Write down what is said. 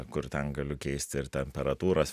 kur ten galiu keisti ir temperatūras